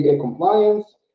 compliance